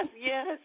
yes